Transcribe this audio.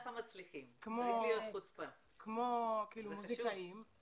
ושוב סליחה על החוצפה בעולם כמוזיקאים,